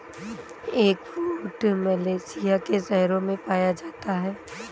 eggfruit Malaysia के शहरों में पाया जाता है